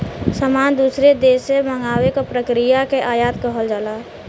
सामान दूसरे देश से मंगावे क प्रक्रिया के आयात कहल जाला